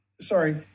Sorry